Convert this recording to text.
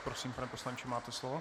Prosím, pane poslanče, máte slovo.